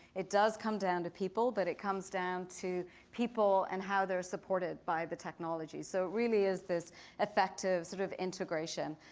it does come down to people but it comes down to people and how they're supported by the technology. so really is this effective sort of integration.